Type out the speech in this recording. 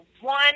one